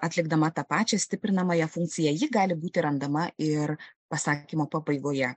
atlikdama tą pačią stiprinamąją funkciją ji gali būti randama ir pasakymo pabaigoje